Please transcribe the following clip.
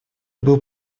был